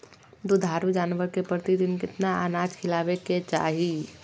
दुधारू जानवर के प्रतिदिन कितना अनाज खिलावे के चाही?